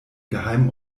geheimen